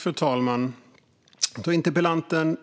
Fru talman! Interpellanten